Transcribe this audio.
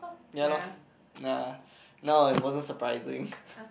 ya lor nah no it wasn't surprising